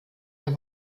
der